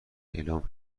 اعلام